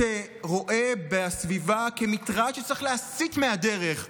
שרואה בסביבה מטרד שצריך להסיט מהדרך,